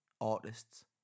artists